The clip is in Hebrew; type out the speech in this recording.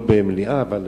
לא במליאה, אבל